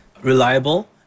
reliable